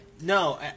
No